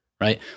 right